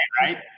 right